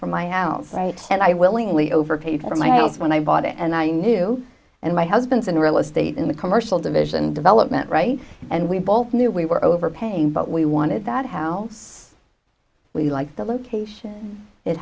for my house right and i willingly overpaid for my house when i bought it and i knew and my husband's and real estate in the commercial division development right and we both knew we were overpaying but we wanted that how we liked the location it